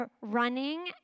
running